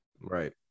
right